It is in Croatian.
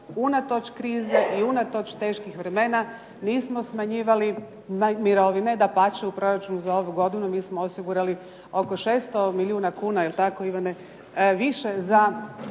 unatoč krizi i unatoč teških vremena nismo smanjivali mirovine. Dapače, u proračunu za ovu godinu mi smo osigurali oko 600 milijuna kuna jel' tako Ivane više za